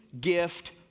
gift